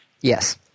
Yes